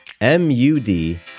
M-U-D